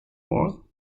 all